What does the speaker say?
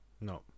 No